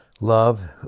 Love